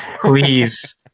please